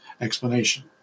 explanation